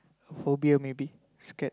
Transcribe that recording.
a phobia maybe scared